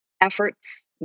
efforts